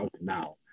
now